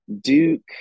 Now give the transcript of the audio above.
Duke